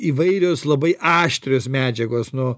įvairios labai aštrios medžiagos nu